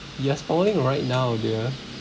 you are smiling right now dear